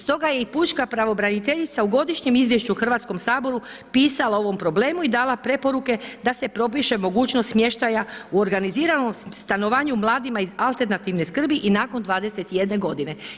Stoga je i Pučka pravobraniteljica u Godišnjem izvješću Hrvatskom saboru pisala o ovom problemu i dala preporuke da se propiše mogućnost smještaja u organiziranom stanovanju mladima iz alternativne skrbi i nakon 21 godine.